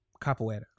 Capoeira